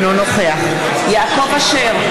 אינו נוכח יעקב אשר,